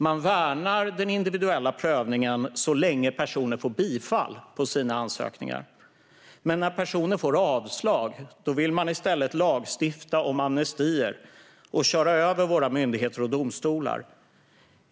Man värnar den individuella prövningen så länge personer får bifall på sina ansökningar. Men när personer får avslag vill man i stället lagstifta om amnestier och köra över våra myndigheter och domstolar.